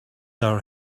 our